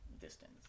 distance